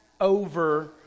over